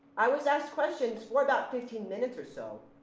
i was asked question for about fifteen minutes or so.